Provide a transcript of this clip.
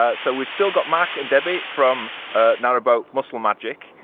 ah so we've still got mark and debbie from narrowboat muscle magic.